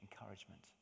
encouragement